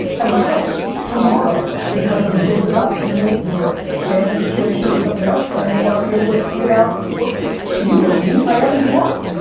and by the way tomorrow, because of the business opportunity or a family situation or something else, i may not be able to tweet about, you know me, i ebb and flow.